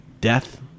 death